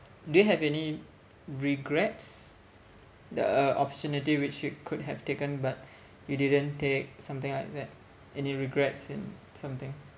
do you have any regrets uh opportunity which you could have taken but you didn't take something like that any regrets in something